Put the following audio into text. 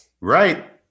Right